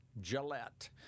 Gillette